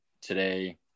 today